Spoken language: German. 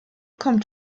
kommt